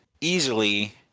easily